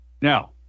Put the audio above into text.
Now